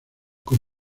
con